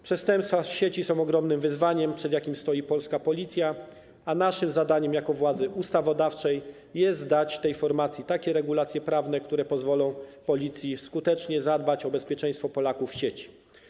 Przestępstwa w sieci są ogromnym wyzwaniem, przed jakim stoi polska Policja, a naszym zadaniem jako władzy ustawodawczej jest dać tej formacji takie regulacje prawne, które pozwolą policji skutecznie zadbać o bezpieczeństwo Polaków w sieci.